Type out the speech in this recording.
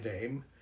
name